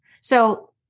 So-